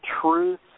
truth